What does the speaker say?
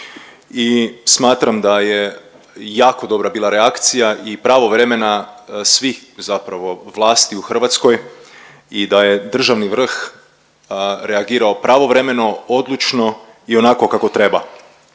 i smatram da je jako dobra bila reakcija i pravovremena svih zapravo vlasti u Hrvatskoj i da je državni vrh reagirao pravovremeno, odlučno i onako kako treba,